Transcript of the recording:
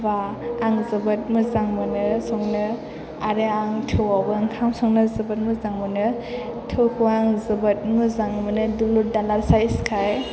आं जोबोर मोजां मोनो संनो आरो आं थौआवबो ओंखाम संनो जोबोद मोजां मोनो थौखौ आं जोबोर मोजां मोनो दुलुर दुलार सायसखाय